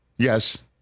Yes